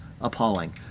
appalling